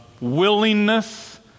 willingness